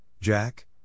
Jack